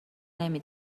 نمی